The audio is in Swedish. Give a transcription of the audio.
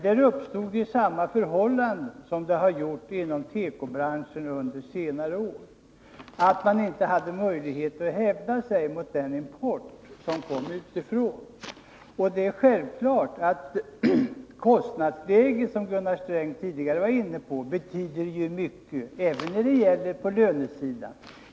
Då uppstod samma förhållande som det som har uppstått inom tekoindustrin under senare år, nämligen att det inte har funnits några möjligheter att hävda sig mot importen utifrån. Det kostnadsläge som Gunnar Sträng tidigare var inne på betyder självfallet mycket även när det gäller lönerna.